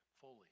fully